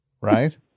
Right